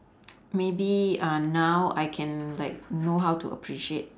maybe uh now I can like know how to appreciate